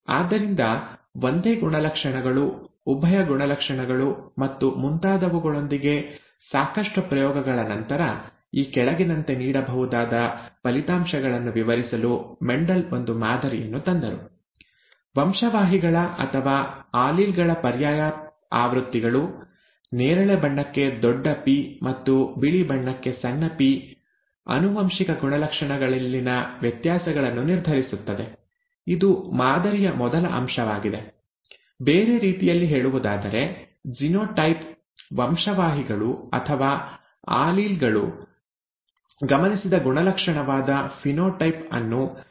ಆದ್ದರಿಂದ ಒಂದೇ ಗುಣಲಕ್ಷಣಗಳು ಉಭಯ ಗುಣಲಕ್ಷಣಗಳು ಮತ್ತು ಮುಂತಾದವುಗಳೊಂದಿಗೆ ಸಾಕಷ್ಟು ಪ್ರಯೋಗಗಳ ನಂತರ ಈ ಕೆಳಗಿನಂತೆ ನೀಡಬಹುದಾದ ಫಲಿತಾಂಶಗಳನ್ನು ವಿವರಿಸಲು ಮೆಂಡೆಲ್ ಒಂದು ಮಾದರಿಯನ್ನು ತಂದರು ವಂಶವಾಹಿಗಳ ಅಥವಾ ಆಲೀಲ್ ಗಳ ಪರ್ಯಾಯ ಆವೃತ್ತಿಗಳು ನೇರಳೆ ಬಣ್ಣಕ್ಕೆ ದೊಡ್ಡ ಪಿ ಮತ್ತು ಬಿಳಿ ಬಣ್ಣಕ್ಕೆ ಸಣ್ಣ ಪಿ ಆನುವಂಶಿಕ ಗುಣಲಕ್ಷಣಗಳಲ್ಲಿನ ವ್ಯತ್ಯಾಸಗಳನ್ನು ನಿರ್ಧರಿಸುತ್ತದೆ ಇದು ಮಾದರಿಯ ಮೊದಲ ಅಂಶವಾಗಿದೆ ಬೇರೆ ರೀತಿಯಲ್ಲಿ ಹೇಳುವುದಾದರೆ ಜಿನೋಟೈಪ್ ವಂಶವಾಹಿಳು ಅಥವಾ ಆಲೀಲ್ ಗಳು ಗಮನಿಸಿದ ಗುಣಲಕ್ಷಣವಾದ ಫಿನೋಟೈಪ್ ಅನ್ನು ನಿರ್ಧರಿಸುತ್ತವೆ